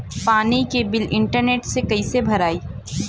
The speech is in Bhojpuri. पानी के बिल इंटरनेट से कइसे भराई?